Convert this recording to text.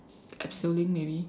abseiling maybe